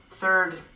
third